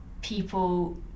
people